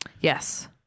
yes